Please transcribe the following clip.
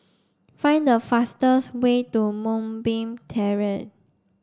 find the fastest way to Moonbeam Terrace